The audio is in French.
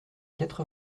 quatre